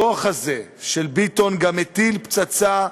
הדוח הזה של ביטון מטיל פצצה,